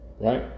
right